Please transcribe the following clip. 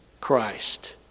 Christ